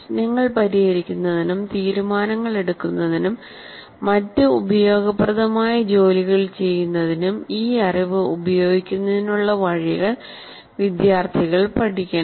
പ്രശ്നങ്ങൾ പരിഹരിക്കുന്നതിനും തീരുമാനങ്ങൾ എടുക്കുന്നതിനും മറ്റ് ഉപയോഗപ്രദമായ ജോലികൾ ചെയ്യുന്നതിനും ഈ അറിവ് ഉപയോഗിക്കുന്നതിനുള്ള വഴികൾ വിദ്യാർത്ഥികൾ പഠിക്കണം